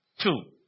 Two